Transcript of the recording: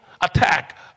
attack